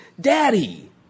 daddy